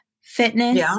fitness